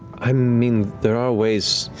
i mean, there are ways